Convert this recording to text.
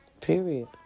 Period